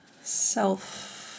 self